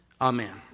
Amen